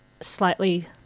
slightly